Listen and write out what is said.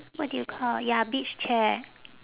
what do you call ya beach chair